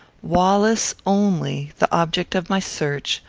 wallace only, the object of my search,